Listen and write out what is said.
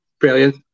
Brilliant